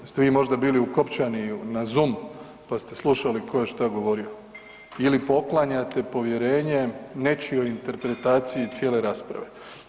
Jeste vi možda bili ukopčani na Zoom pa ste slušali tko je šta govorio ili poklanjate povjerenje nečijoj interpretaciji cijele rasprave?